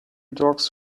dogs